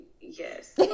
Yes